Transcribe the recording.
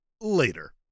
later